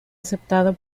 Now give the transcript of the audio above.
aceptado